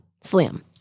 slim